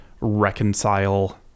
reconcile